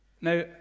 Now